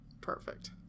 perfect